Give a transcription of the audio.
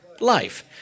life